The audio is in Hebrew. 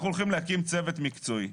אנחנו הולכים להקים צוות מקצועי.